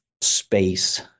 space